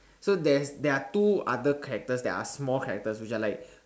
so there's they are two other characters that are small characters which are like